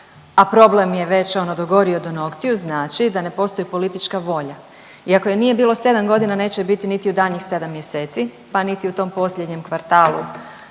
a problem je već ono dogorio do noktiju znači da ne postoji politička volja. I ako je nije bilo sedam godina neće ju biti niti u daljnjih sedam mjeseci, pa niti u tom posljednjem kvartalu